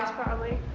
probably.